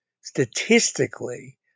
statistically